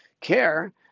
care